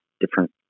different